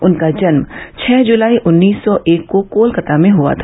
उनका जन्म छह जुलाई उन्नीस सौ एक को कोलकाता में हुआ था